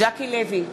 ז'קי לוי,